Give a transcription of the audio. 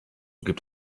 gibt